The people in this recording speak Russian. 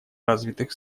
развитых